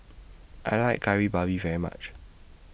I like Kari Babi very much